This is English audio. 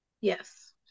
yes